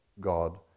God